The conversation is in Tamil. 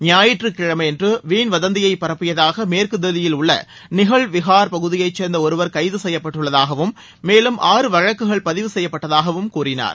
ஞாயிற்றுக்கிழமையன்று வீண் வதந்தியை பரப்பியதாக மேற்கு தில்லியில் உள்ள நிஹால் விஹார் பகுதியைச் சேர்ந்த ஒருவர் கைது செப்யப்பட்டுள்ளதாகவும் மேலும் ஆறு வழக்குகள் பதிவு செய்யப்பட்டதாகவும் அவர் கூறினார்